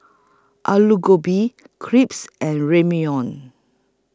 Alu Gobi Crepes and Ramyeon